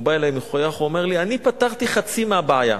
הוא בא אלי מחויך ואומר לי: אני פתרתי חצי מהבעיה.